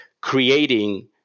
creating